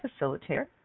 Facilitator